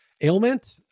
ailment